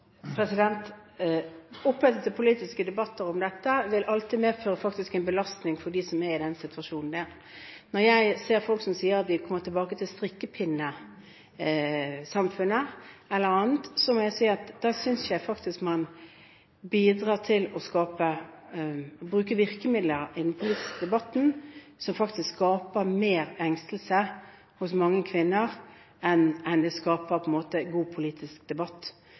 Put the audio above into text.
politiske debatter om dette vil alltid medføre en belastning for dem som er i den situasjonen. Når jeg hører folk som sier at vi er kommet tilbake til strikkepinnesamfunnet eller annet, må jeg si at da synes jeg faktisk man bidrar til å bruke virkemidler i den politiske debatten som faktisk skaper mer engstelse hos mange kvinner enn det skaper god politisk debatt.